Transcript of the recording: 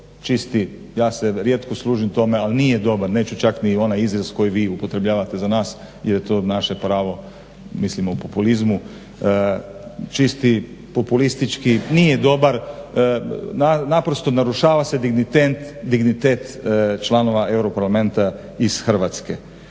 čisti ja se rijetko služim tome ali nije dobar neću čak ni onaj izraz koji vi upotrebljavate za nas jer je to naše pravo mislimo u populizmu, čisti populistički, nije dobar, naprosto narušava se dignitet članova EU parlamenta iz Hrvatske.